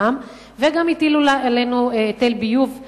וגם הטילו עלינו היטל ביוב אחיד.